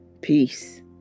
Peace